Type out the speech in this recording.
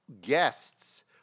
guests